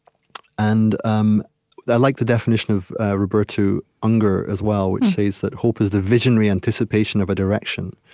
and um i like the definition of roberto unger, as well, which is that hope is the visionary anticipation of a direction.